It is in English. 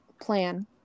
Plan